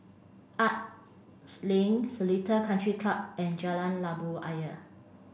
Arts Link Seletar Country Club and Jalan Labu Ayer